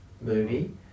movie